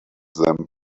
them